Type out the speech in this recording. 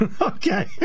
Okay